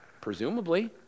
Presumably